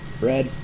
Red